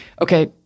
okay